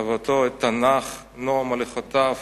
אהבתו את התנ"ך, נועם הליכותיו,